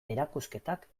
erakusketak